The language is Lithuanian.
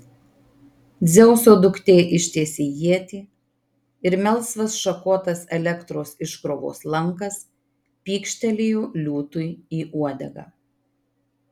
dzeuso duktė ištiesė ietį ir melsvas šakotas elektros iškrovos lankas pykštelėjo liūtui į uodegą